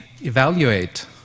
evaluate